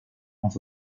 and